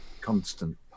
constant